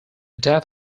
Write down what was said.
death